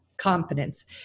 confidence